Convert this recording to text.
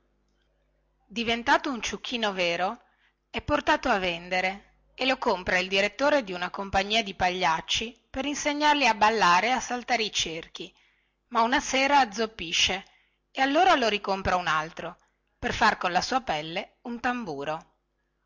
diventato un ciuchino vero è portato a vendere e lo compra il direttore di una compagnia di pagliacci per insegnargli a ballare e a saltare i cerchi ma una sera azzoppisce e allora lo ricompra un altro per far con la sua pelle un tamburo